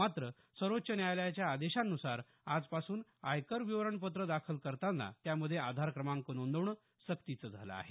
मात्र सर्वोच्च न्यायालयाच्या आदेशानुसार आजपासून आयकर विवरण पत्र दाखल करतांना त्यामध्ये आधार क्रमांक नोंदवणं सक्तीचं झालं आहे